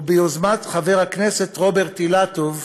וביוזמת חבר הכנסת רוברט אילטוב,